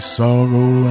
sorrow